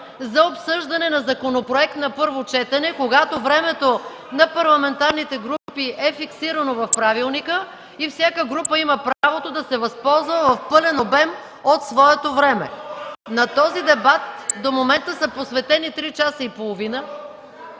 за обсъждане на законопроект на първо четене, когато времето на парламентарните групи е фиксирано в правилника и всяка група има правото да се възползва в пълен обем от своето време. На този дебат до момента са посветени 3 часа и половина.